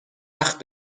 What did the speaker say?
وقت